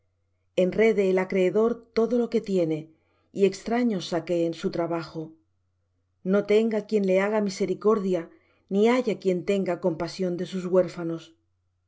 hogares enrede el acreedor todo lo que tiene y extraños saqueen su trabajo no tenga quien le haga misericordia ni haya quien tenga compasión de sus huérfanos